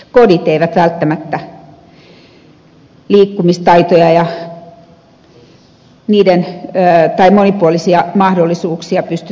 kodit eivät välttämättä liikkumistaitoja ja monipuolisia mahdollisuuksia pysty tarjoamaan